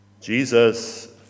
Jesus